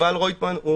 ויובל רויטמן.